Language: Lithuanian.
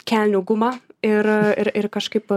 kelnių gumą ir ir ir kažkaip